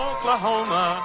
Oklahoma